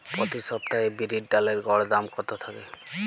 প্রতি সপ্তাহে বিরির ডালের গড় দাম কত থাকে?